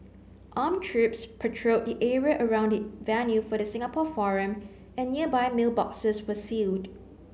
armed troops patrolled the area around the venue for the Singapore forum and nearby mailboxes were sealed